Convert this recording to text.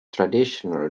traditional